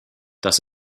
dass